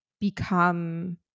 become